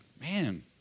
man